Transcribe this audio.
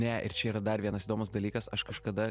ne ir čia yra dar vienas įdomus dalykas aš kažkada